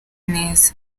neza